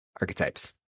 archetypes